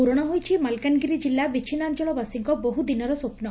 ପୂରଣ ହୋଇଛି ମାଲକାନଗିରି ଜିଲ୍ଲା ବିଛିନ୍ନାଞଳବାସୀଙ୍କ ବହୁଦିନର ସ୍ୱପ୍ନ